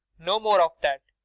no morc of that,